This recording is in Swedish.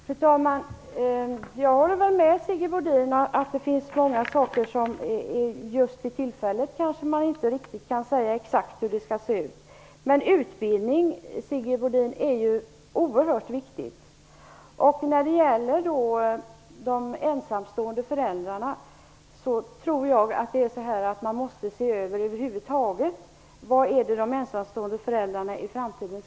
Fru talman! Jag håller med Sigge Godin om att det finns många saker som man just för tillfället inte kan säga exakt hur de skall se ut. Men utbildning, Sigge Godin, är oerhört viktig. När det gäller de ensamstående föräldrarna tror jag att man över huvud taget måste se över vilken hjälp det är som de skall ha i framtiden.